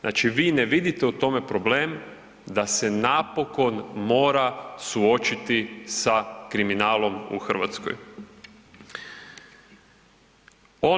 Znači vi ne vidite u tome problem da se napokon mora suočiti sa kriminalom u Hrvatskoj.